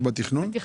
רק בתכנון?